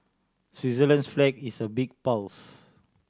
Switzerland's flag is a big plus